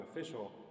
official